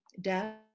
death